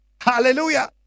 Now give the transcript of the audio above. Hallelujah